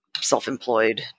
self-employed